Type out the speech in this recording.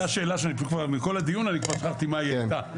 הייתה שאלה שמכל הדיון כבר שכחתי מה היא הייתה,